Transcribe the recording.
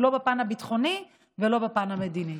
לא בפן הביטחוני ולא בפן המדיני.